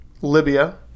Libya